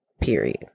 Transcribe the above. period